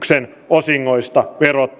osingoista verottajalle neuvotellaan